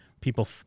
people